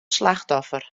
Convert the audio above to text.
slachtoffer